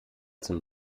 zum